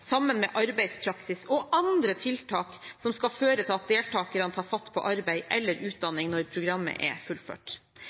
sammen med arbeidspraksis og andre tiltak som skal føre til at deltakerne tar fatt på arbeid eller